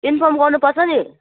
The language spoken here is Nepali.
इन्फर्म गर्नुपर्छ नि